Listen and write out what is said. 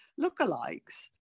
lookalikes